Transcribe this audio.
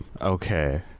Okay